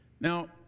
Now